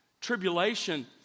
Tribulation